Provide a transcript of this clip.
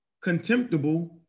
contemptible